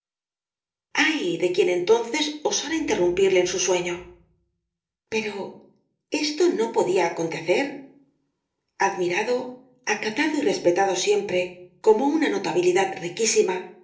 ay de quien entonces osara interrumpirle en su rosalía de castro sueño pero esto no podía acontecer admirado acatado y respetado siempre como una notabilidad riquísima